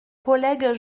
collègue